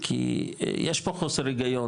כי יש פה חוסר הגיון,